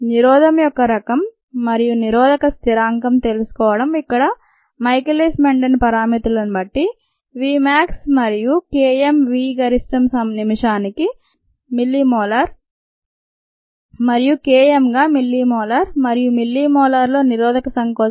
నిరోధం యొక్క రకం మరియు నిరోధకస్థిరాంకం తెలుసుకోవడం ఇక్కడ మైకేలిస్ మెండెన్ పరామితులను బట్టి v max మరియు K m v గరిష్టం నిమిషానికి మిల్లీమోలార్ మరియు K m గా మిల్లిమోలార్ మరియు మిల్లీమోలార్ లో నిరోధిత సంకోచం 0 0